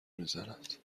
میزند